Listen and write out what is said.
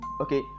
Okay